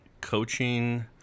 coaching